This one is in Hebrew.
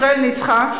ישראל ניצחה,